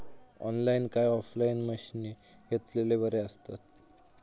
Online काय offline मशीनी घेतलेले बरे आसतात?